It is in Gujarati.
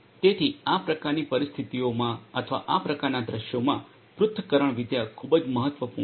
તેથી આ પ્રકારની પરિસ્થિતિઓમાં અથવા આ પ્રકારના દૃશ્યોમાં પૃથક્કરણવિદ્યા ખૂબ મહત્વપૂર્ણ છે